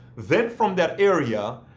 then from that area,